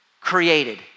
created